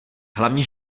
hlavně